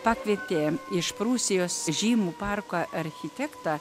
pakvietė iš prūsijos žymų parkų architektą